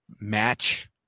match